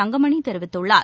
தங்கமணி தெரிவித்துள்ளார்